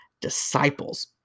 disciples